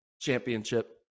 championship